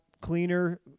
cleaner